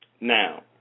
Now